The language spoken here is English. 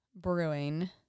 brewing